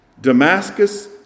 Damascus